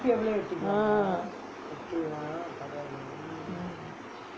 ah mm